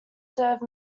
serve